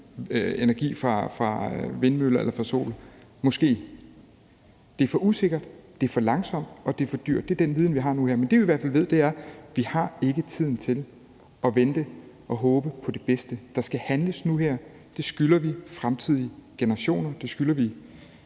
energi fra vindmøller eller sol – måske. Det er for usikkert, det er for langsomt, og det er for dyrt. Det er den viden, vi har nu her. Men det, vi i hvert fald ved, er, at vi ikke har tiden til det, til at vente og håbe på det bedste. Der skal handles nu her. Det skylder vi fremtidige generationer, det skylder vi